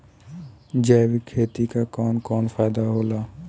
जैविक खेती क कवन कवन फायदा होला?